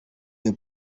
the